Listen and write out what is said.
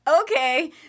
okay